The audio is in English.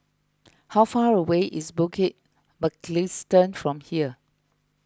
how far away is Bukit Mugliston from here